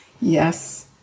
Yes